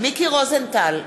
מיקי רוזנטל,